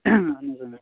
اَہَن حظ